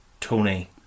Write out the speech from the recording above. Tony